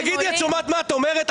תגידי, את שומעת מה את אומרת?